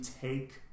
take